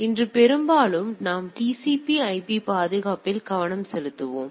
எனவே இன்று பெரும்பாலும் நாம் TCP IP பாதுகாப்பில் கவனம் செலுத்துவோம்